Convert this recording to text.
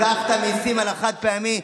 לקחת מיסים על החד-פעמי,